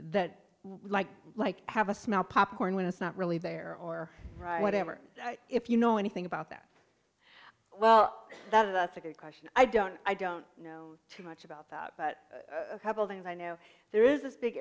that like like have a small popcorn when it's not really there or whatever if you know anything about that well that's a good question i don't i don't know too much about that but a couple things i know there is